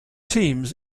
teams